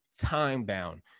time-bound